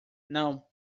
não